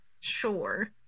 sure